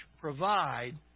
provide